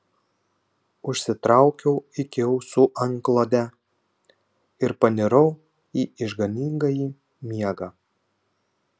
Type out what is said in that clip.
užsitraukiau iki ausų antklodę ir panirau į išganingąjį miegą